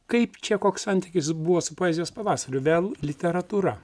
kaip čia koks santykis buvo su poezijos pavasariu vėl literatūra